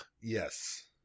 Yes